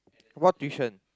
what tuition